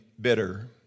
bitter